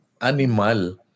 Animal